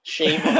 Shame